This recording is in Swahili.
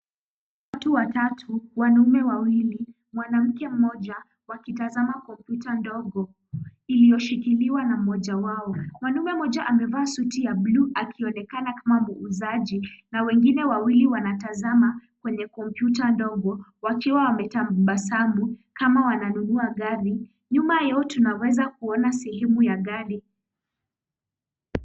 Watu watatu, wanaume wawili, mwanamke mmoja, wakitazama kompyuta ndogo iliyoshikiliwa na mmoja wao. Mwanaume mmoja amevaa suti ya bluu akionekana kama muuzaji na wengine wawili wanatazama kwenye kompyuta ndogo wakiwa wametabasamu kama wananunua gari .Nyuma yao tunaweza kuona sehemu ya gari.